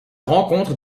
rencontre